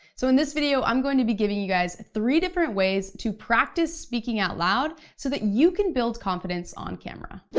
so in this video, i'm going to be giving you guys three different ways to practice speaking out loud so that you can build confidence on camera. but